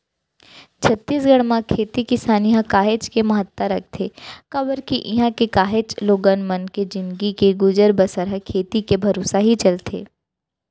छत्तीसगढ़ म खेती किसानी ह काहेच के महत्ता रखथे काबर के इहां के काहेच लोगन मन के जिनगी के गुजर बसर ह खेती के भरोसा ही चलथे